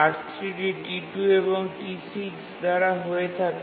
R3 টি T2 এবং T6 দ্বারা হয়ে থাকে